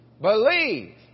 Believe